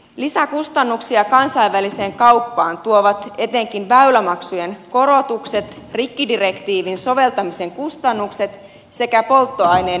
lisäkustannuksia kansainväliseen kauppaan tuovat etenkin väylämaksujen korotukset rikkidirektiivin soveltamisen kustannukset sekä polttoaineen hinnannousu